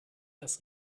das